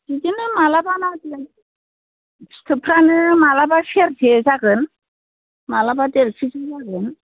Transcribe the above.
बिदिनो माब्लाबा फिथोबफ्रानो माब्लाबा सेरसे जागोन माब्लाबा देर के जि जागोन